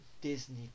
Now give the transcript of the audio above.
disney